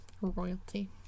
royalty